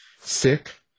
sick